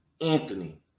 anthony